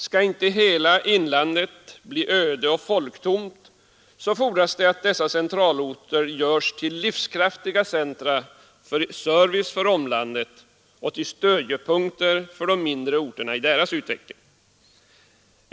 Skall inte hela inlandet bli öde och folktomt fordras det att dessa centralorter görs till livskraftiga centra för service för omlandet och till stödjepunkter för de mindre orterna i deras utveckling.